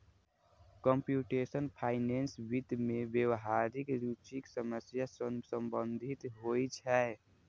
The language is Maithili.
कंप्यूटेशनल फाइनेंस वित्त मे व्यावहारिक रुचिक समस्या सं संबंधित होइ छै